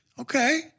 Okay